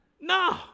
No